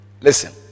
Listen